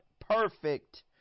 perfect